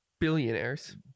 billionaires